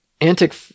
Antic